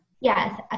Yes